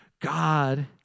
God